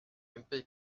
ump